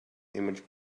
image